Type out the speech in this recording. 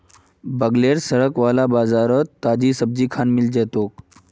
बगलेर सड़क वाला बाजारोत ताजी सब्जिखान मिल जै तोक